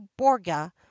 Borga